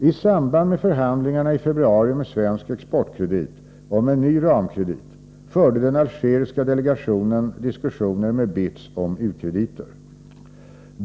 I samband med förhandlingarna i februari med Svensk Exportkredit om en ny ramkredit förde den algeriska delegationen diskussioner med BITS om u-krediter.